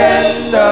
end